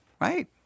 right